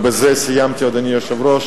בזה סיימתי, אדוני היושב-ראש.